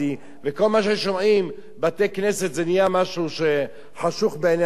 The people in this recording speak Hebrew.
וכל מה ששומעים "בתי-כנסת" זה נהיה משהו חשוך בעיני אנשים.